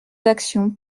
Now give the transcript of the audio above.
d’actions